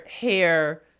hair